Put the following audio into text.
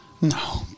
No